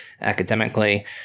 academically